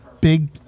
big